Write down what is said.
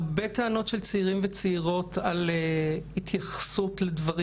יש הרבה טענות של צעירים וצעירות להתייחסות לדברים